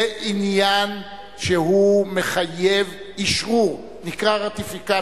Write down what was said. זה עניין שמחייב אשרור, שנקרא רטיפיקציה,